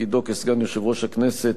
מתפקידו כסגן יושב-ראש הכנסת,